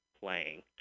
playing